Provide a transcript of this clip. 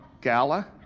gala